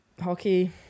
Hockey